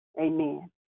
Amen